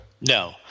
No